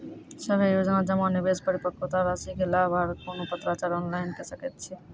सभे योजना जमा, निवेश, परिपक्वता रासि के लाभ आर कुनू पत्राचार ऑनलाइन के सकैत छी?